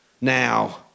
now